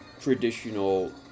traditional